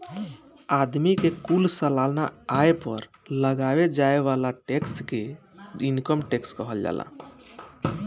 आदमी के कुल सालाना आय पर लगावे जाए वाला टैक्स के इनकम टैक्स कहाला